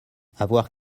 avoir